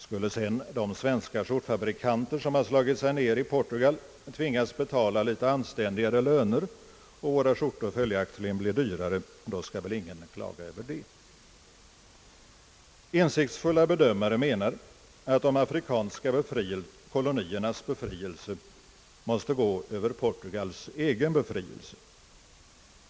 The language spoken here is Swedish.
Skulle sedan de svenska skjortfabrikanter som slagit sig ned i Portugal tvingas betala litet anständigare löner och våra skjortor följaktligen bli dyrare, så skall vi väl inte klaga över det. Insiktsfulla bedömare menar att de afrikanska koloniernas befrielse måste gå över Portugals egen befrielse.